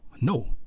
no